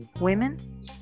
women